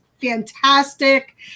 fantastic